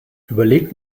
überlegt